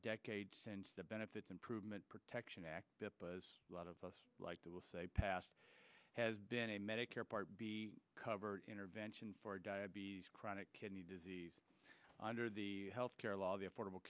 decade since the benefits improvement protection act as a lot of us like to will say past has been a medicare part b cover intervention for diabetes chronic kidney disease under the health care law the affordable